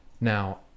Now